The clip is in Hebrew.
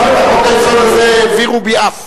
גם את חוק-היסוד הזה העבירו ביעף.